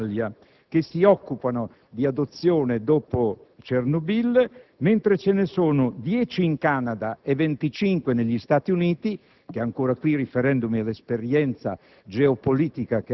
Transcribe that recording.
ben 55 organismi che si occupano di adozione dopo Chernobyl, mentre ce ne sono 10 in Canada e 25 negli Stati uniti.